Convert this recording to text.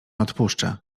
odpuszczę